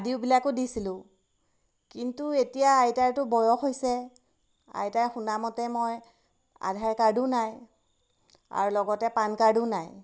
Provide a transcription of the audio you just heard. আদিবিলাকো দিছিলোঁ কিন্তু এতিয়া আইতাৰতো বয়স হৈছে আইতাৰ শুনামতে মই আধাৰ কাৰ্ডো নাই আৰু লগতে পান কাৰ্ডো নাই